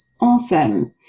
Awesome